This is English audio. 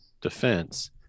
defense